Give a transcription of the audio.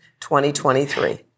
2023